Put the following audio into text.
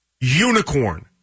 unicorn